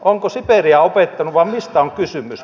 onko siperia opettanut vai mistä on kysymys